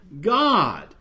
God